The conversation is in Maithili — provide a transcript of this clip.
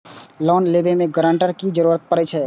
लोन लेबे में ग्रांटर के भी जरूरी परे छै?